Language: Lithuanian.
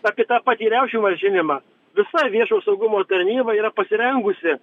apie tą patį riaušių malšinimą visa viešo saugumo tarnyba yra pasirengusi